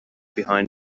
behind